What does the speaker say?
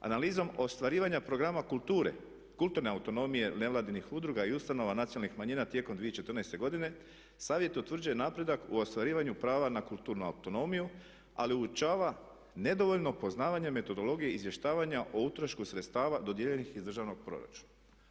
Analizom ostvarivanja programa kulture, kulturne autonomije nevladnih udruga i ustanova nacionalnih manjina tijekom 2014. godine savjet utvrđuje napredak u ostvarivanju prava na kulturnu autonomiju ali uočava nedovoljno poznavanje metodologije izvještavanja o utrošku sredstava dodijeljenih iz državnog proračuna.